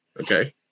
Okay